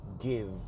give